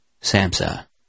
Samsa